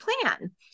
plan